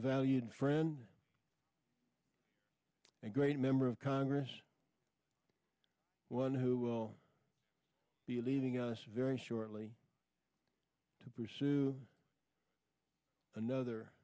valued friend a great member of congress one who will be leaving us very shortly to pursue another